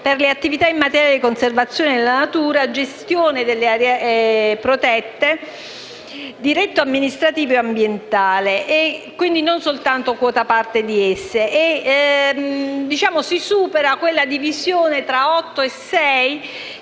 per le attività in materia di conservazione della natura, gestione delle aree protette, diritto amministrativo e ambientale e non soltanto quota parte di esse. Si propone altresì